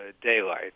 daylight